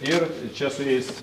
ir čia su jais